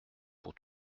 pour